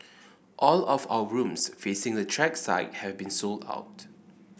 all of our rooms facing the track side have been sold out